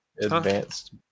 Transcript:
Advanced